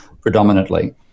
predominantly